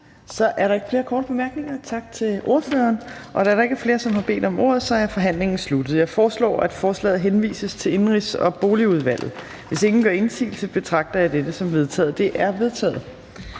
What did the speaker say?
Så er der ikke flere korte bemærkninger. Tak til ordføreren. Da der ikke er flere, som har bedt om ordet, er forhandlingen sluttet. Jeg foreslår, at forslaget henvises til Indenrigs- og Boligudvalget. Hvis ingen gør indsigelse, betragter jeg dette som vedtaget. Det er vedtaget.